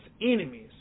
enemies